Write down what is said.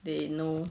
they know